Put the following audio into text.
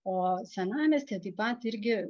o senamiestyje taip pat irgi